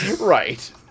Right